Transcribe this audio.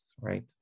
right